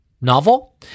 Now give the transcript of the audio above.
novel